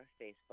Facebook